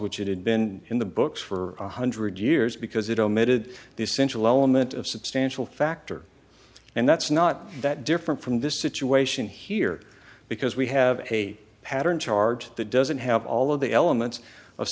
which it had been in the books for one hundred years because it omitted the essential element of substantial factor and that's not that different from this situation here because we have a pattern charged that doesn't have all of the elements of